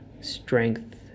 strength